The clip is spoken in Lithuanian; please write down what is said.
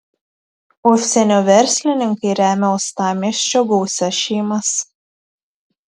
užsienio verslininkai remia uostamiesčio gausias šeimas